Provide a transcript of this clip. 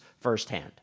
firsthand